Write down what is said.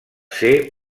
ser